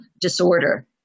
disorder